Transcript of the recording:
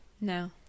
No